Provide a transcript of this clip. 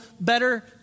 better